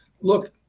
Look